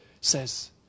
says